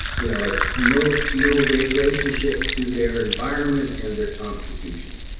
you know like no no relationship to their environment and their constitution.